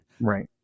Right